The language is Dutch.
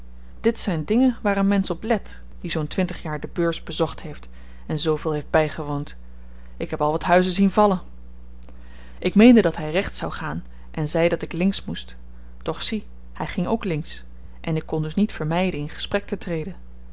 dit zyn dingen waar een mensch op let die zoo'n twintig jaar de beurs bezocht heeft en zooveel heeft bygewoond ik heb al wat huizen zien vallen ik meende dat hy rechts zou gaan en zei dat ik links moest doch zie hy ging ook links en ik kon dus niet vermyden in gesprek te treden